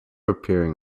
appearing